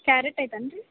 carrot ಐತನ್ರಿ